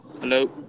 Hello